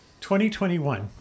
2021